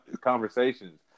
conversations